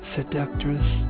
Seductress